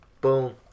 Boom